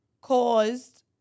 caused